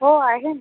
हो आहे ना